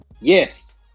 Yes